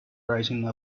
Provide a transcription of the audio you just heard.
rising